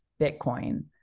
Bitcoin